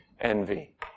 envy